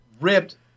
ripped